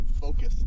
focus